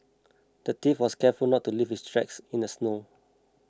the thief was careful not to leave his tracks in the snow